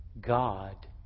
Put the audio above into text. God